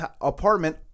apartment